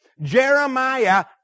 Jeremiah